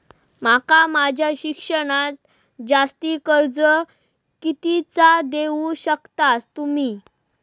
माका माझा शिक्षणाक जास्ती कर्ज कितीचा देऊ शकतास तुम्ही?